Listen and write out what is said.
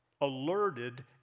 alerted